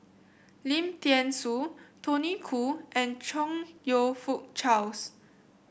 Lim Thean Soo Tony Khoo and Chong You Fook Charles